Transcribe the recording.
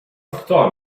thought